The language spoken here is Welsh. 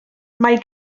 mae